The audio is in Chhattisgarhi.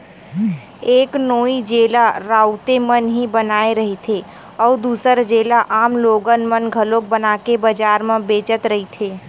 एक नोई जेला राउते मन ही बनाए रहिथे, अउ दूसर जेला आम लोगन मन घलोक बनाके बजार म बेचत रहिथे